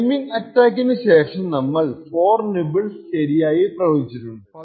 timing അറ്റാക്കിനു ശേഷം നമ്മൾ 4 നിബ്ബ്ൾസ് ശരിയായി പ്രവചിച്ചിട്ടുണ്ട്